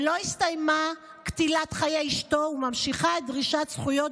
שלא הסתיימה עם קטילת חיי אשתו ונמשכת עם דרישת זכויות